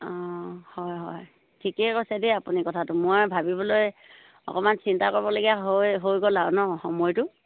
অঁ হয় হয় ঠিকে কৈছে দেই আপুনি কথাটো মই ভাবিবলৈ অকণমান চিন্তা কৰিবলগীয়া হৈ হৈ গ'ল আৰু নহ্ সময়টো